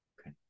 Okay